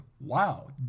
wow